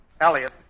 Elliot